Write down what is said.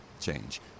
change